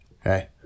Hey